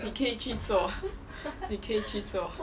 你可以去做你可以去做